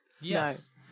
Yes